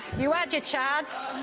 you had your chance,